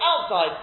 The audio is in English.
outside